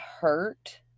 hurt